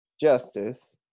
justice